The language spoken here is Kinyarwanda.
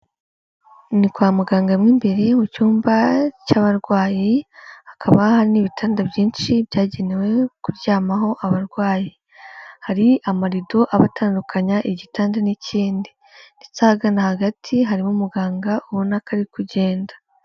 Ni kwa muganga mo imbere mu cyumba cy'abarwayi, hakaba hari n'ibitanda byinshi byagenewe kuryamaho abarwayi. Hari amarido aba atandukanya igitanda n'ikindi ndetse ahagana hagati harimo umuganga ubona ko ari kugenda.